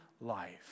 life